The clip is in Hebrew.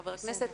חבר הכנסת,